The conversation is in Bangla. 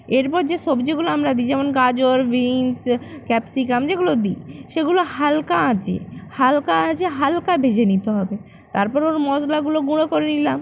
এরপর যে সবজিগুলো আমরা দিই যেমন গাজর বিনস ক্যাপসিকাম যেগুলো দিই সেগুলো হালকা আঁচে হালকা আঁচে হালকা ভেজে নিতে হবে তারপর ওর মশলাগুলো গুঁড়ো করে নিলাম